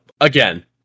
Again